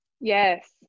Yes